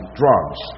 drugs